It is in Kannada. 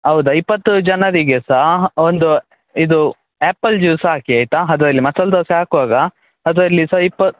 ಹೌದ ಇಪ್ಪತ್ತು ಜನರಿಗೆ ಸಹ ಒಂದು ಇದು ಆ್ಯಪಲ್ ಜ್ಯೂಸ್ ಹಾಕಿ ಆಯಿತಾ ಅದರಲ್ಲಿ ಮಸಾಲ ದೋಸೆ ಹಾಕುವಾಗ ಅದರಲ್ಲಿ ಸಹ ಇಪ್ಪ